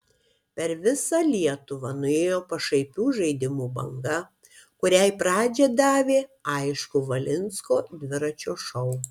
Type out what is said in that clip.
per visą lietuvą nuėjo pašaipių žaidimų banga kuriai pradžią davė aišku valinsko dviračio šou